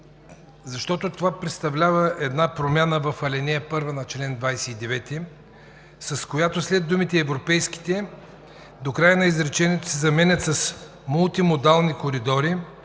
Защото това представлява промяна в ал. 1 на чл. 29, с която текстът след думите „европейските“ до края на изречението се заменя с „мултимодални коридори,